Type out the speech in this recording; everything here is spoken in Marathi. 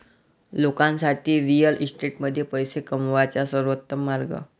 लोकांसाठी रिअल इस्टेटमध्ये पैसे कमवण्याचा सर्वोत्तम मार्ग